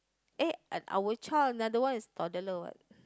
eh uh our child another one is a toddler